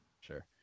Sure